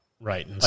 right